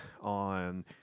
on